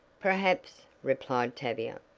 perhaps, replied tavia.